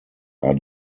are